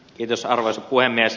arvoisa puhemies